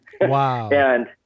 Wow